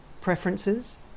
preferences